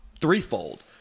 threefold